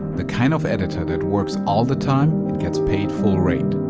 the kind of editor that works all the time and gets paid full-rate?